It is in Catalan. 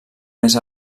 més